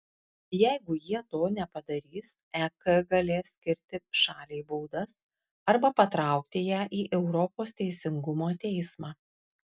jeigu jie to nepadarys ek galės skirti šaliai baudas arba patraukti ją į europos teisingumo teismą